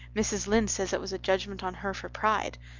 mrs. lynde says it was a judgment on her for pride.